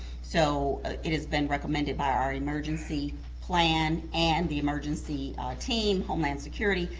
so it has been recommended by our emergency plan and the emergency team, homeland security,